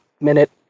minute